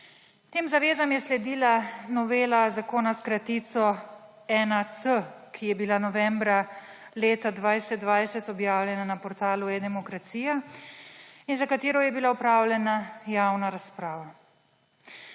Tem zavezam je sledila novela zakona s kratico ZPPDFT-1C, ki je bila novembra leta 2020 objavljena na portalu eDemokracija in za katero je bila opravljena javna razprava.